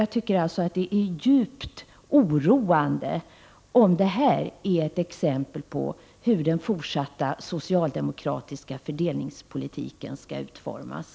Jag tycker att det är djupt oroande om det här är ett exempel på hur den fortsatta socialdemokratiska fördelningspolitiken skall utformas.